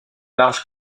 large